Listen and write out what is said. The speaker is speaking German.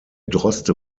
droste